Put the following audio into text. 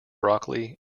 broccoli